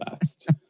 best